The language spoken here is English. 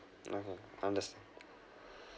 (uh huh) unders~